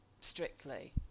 strictly